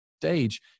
stage